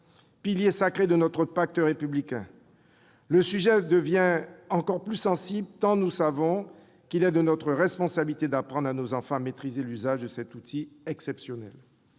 pilier sacré de notre pacte républicain, le sujet devient encore plus sensible, tant nous savons qu'il est de notre responsabilité d'apprendre à nos enfants à maîtriser l'usage de cet outil exceptionnel.